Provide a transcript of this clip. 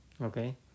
Okay